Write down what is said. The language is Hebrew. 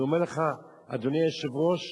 אדוני היושב-ראש,